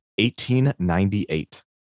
1898